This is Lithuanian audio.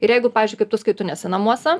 ir jeigu pavyzdžiui kaip tu sakai tu nesi namuose